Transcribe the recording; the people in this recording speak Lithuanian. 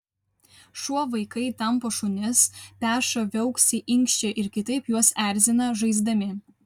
šuo vaikai tampo šunis peša viauksi inkščia ir kitaip juos erzina žaisdami